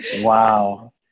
Wow